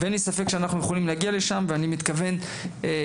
אין לי ספק שאנחנו יכולים להגיע לשם ואני מתכוון לנהל